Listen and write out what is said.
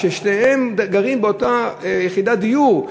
ששניהם גרים באותה יחידת דיור,